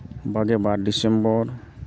ᱵᱟᱜᱮ ᱵᱟᱨ ᱰᱤᱥᱮᱢᱵᱚᱨ